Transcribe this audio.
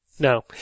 No